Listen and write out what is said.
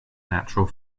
natural